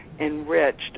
enriched